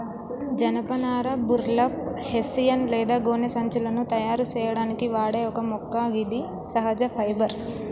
జనపనార burlap, hessian లేదా గోనె సంచులను తయారు సేయడానికి వాడే ఒక మొక్క గిది సహజ ఫైబర్